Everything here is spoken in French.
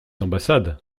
ambassades